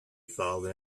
fallen